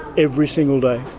every single day.